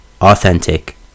authentic